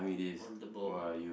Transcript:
on the ball